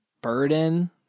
burden